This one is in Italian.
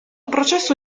processo